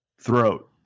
Throat